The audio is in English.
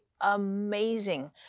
amazing